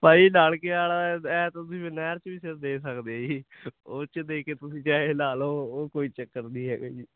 ਭਾਅ ਜੀ ਨਲਕੇ ਆਲਾ ਐਂ ਤਾਂ ਤੁਸੀਂ ਨਹਿਰ ਚ ਵੀ ਦੇ ਸਕਦੇ ਜੀ ਉਹ ਚ ਦੇ ਕੇ ਤੁਸੀਂ ਚਾਹੇ ਨਾਹ ਲਓ ਉਹ ਕੋਈ ਚੱਕਰ ਨਹੀਂ ਹੈਗਾ ਜੀ